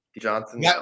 Johnson